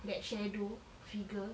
that shadow figure